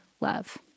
love